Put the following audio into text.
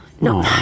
No